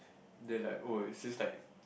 they like oh is this like